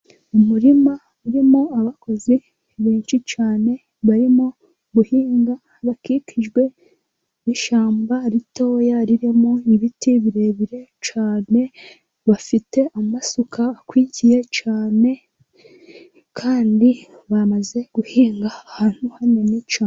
Umurima urimo abakozi, ni benshi cyane barimo guhinga, bakikijwe n'ishamba ritoya ririmo ibiti birebire cyane, bafite amasuka akwikiye cyane, kandi bamaze guhinga ahantu hanini cyane.